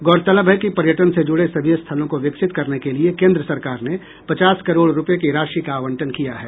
गौरतलब है कि पर्यटन से जुड़े सभी स्थलों को विकसित करने के लिए केन्द्र सरकार ने पचास करोड़ रुपये की राशि का आवंटन किया है